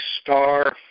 star